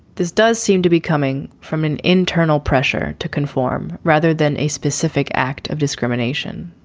this does seem to be coming from an internal pressure to conform rather than a specific. act of discrimination.